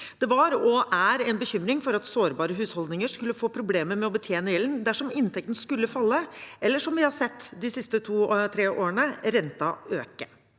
Det var og er en bekymring for at sårbare husholdninger skal få problemer med å betjene gjelden dersom inntekten skulle falle eller, som vi har sett de siste to–tre årene, renten øke.